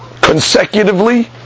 consecutively